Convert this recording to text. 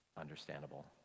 understandable